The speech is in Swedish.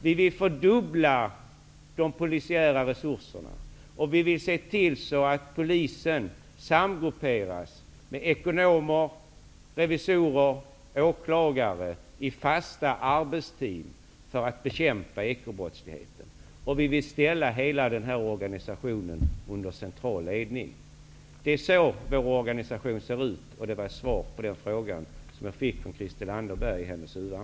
Vi vill fördubbla de polisiära resurserna, och vi vill se till att polisen samgrupperas, med ekonomer, revisorer och åklagare i fasta arbetsteam, för att bekämpa den ekonomiska brottsligheten. Vi vill också ställa hela denna organisation under en central ledning. Så ser vår tänkta organisation ut. Det är svaret på frågan.